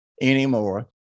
anymore